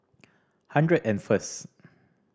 hundred and first